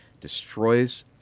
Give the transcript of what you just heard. destroys